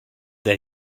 that